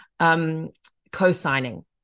co-signing